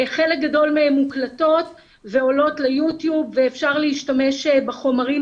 חלק גדול מהן מוקלטות ועולות ביוטיוב ואפשר להשתמש בחומרים